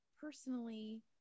personally